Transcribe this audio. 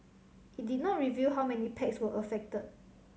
it did not reveal how many packs were affected